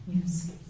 Yes